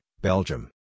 Belgium